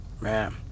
man